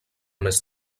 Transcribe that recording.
més